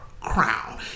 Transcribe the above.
crown